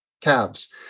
calves